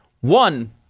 One